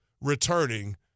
returning